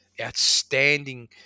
Outstanding